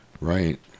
Right